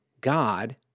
God